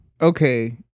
Okay